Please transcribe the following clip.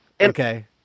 Okay